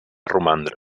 romandre